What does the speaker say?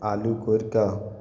आलू कोड़िकऽ